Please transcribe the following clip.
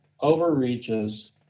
overreaches